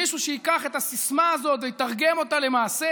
מישהו שייקח את הסיסמה הזאת ויתרגם אותה למעשה.